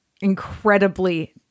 incredibly